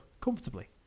comfortably